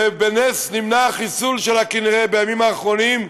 שבנס נמנע החיסול שלה, כנראה, בימים האחרונים,